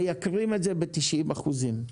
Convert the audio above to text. מייקרים את הנסיעה ב-90 אחוזים.